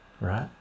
right